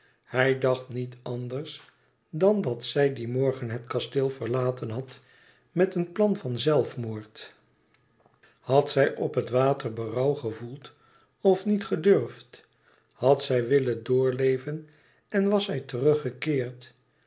hij dacht niet anders dan dat zij dien morgen het kasteel verlaten had met een plan van zelfmoord had zij op het water berouw gevoeld of niet gedurfd had zij willen doorleven en was zij teruggekeerd